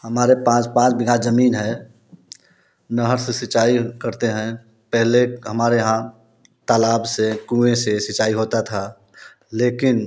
हमारे पास पाँच बिगहा जमीन है नहर से सिंचाई करते हैं पहले हमारे यहाँ तालाब से कुएँ से सिंचाई होता था लेकिन